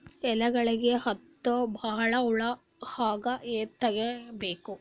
ಎಲೆಗಳಿಗೆ ಹತ್ತೋ ಬಹಳ ಹುಳ ಹಂಗ ತೆಗೀಬೆಕು?